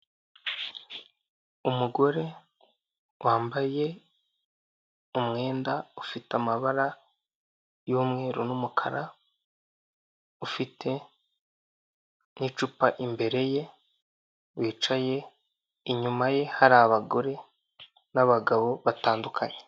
Umugore wambaye umwenda ufite amabara y'umweru n'umukara ufite n'icupa imbere ye wicaye inyuma ye hari abagore n'abagabo batandukanye,